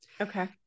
okay